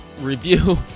review